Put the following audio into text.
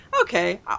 okay